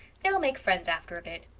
they'll make friends after a bit.